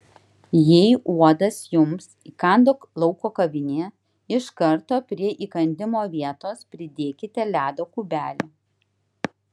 jei uodas jums įkando lauko kavinėje iš karto prie įkandimo vietos pridėkite ledo kubelį